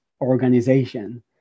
organization